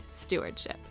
stewardship